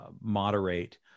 moderate